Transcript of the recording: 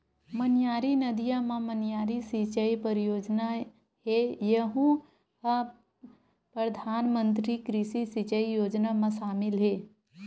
मनियारी नदिया म मनियारी सिचई परियोजना हे यहूँ ह परधानमंतरी कृषि सिंचई योजना म सामिल हे